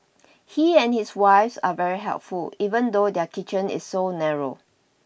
he and his wife are very helpful even though their kitchen is so narrow